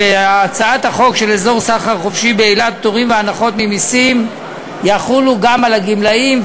שחוק אזור סחר חופשי באילת (פטורים והנחות ממסים) יחול גם על הגמלאים,